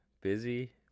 Busy